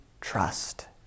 trust